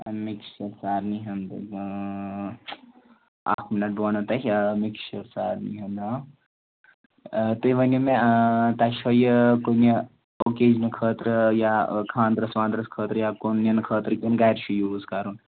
mixture سارنٕے ہُنٛد اَکھ مِنٛٹ بہٕ وَنہو تۄہہِ آ مِکِسچَر سارنٕے ہُنٛد ناو آ تُہۍ ؤنِو مےٚ تۄہہِ چھَو یہِ کُنہِ اوکیٚجنہٕ خٲطرٕ یا خانٛدرَس وانٛدرَس خٲطرٕ یا کُن نِنہٕ خٲطرٕ کِنۍ گَرِ چھُ یوٗز کَرُن